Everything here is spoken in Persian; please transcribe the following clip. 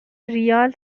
ریال